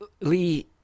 Lee